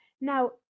Now